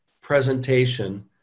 presentation